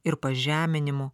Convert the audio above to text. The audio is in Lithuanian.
ir pažeminimu